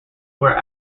were